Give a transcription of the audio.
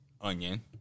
onion